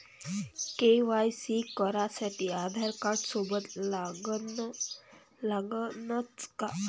KYC करासाठी आधारकार्ड सोबत लागनच का?